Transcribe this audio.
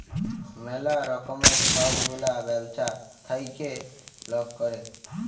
ম্যালা রকমের ছব গুলা ব্যবছা থ্যাইকে লক ক্যরে